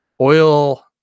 oil